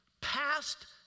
past